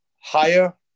higher